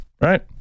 right